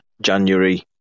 January